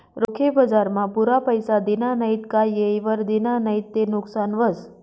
रोखे बजारमा पुरा पैसा दिना नैत का येयवर दिना नैत ते नुकसान व्हस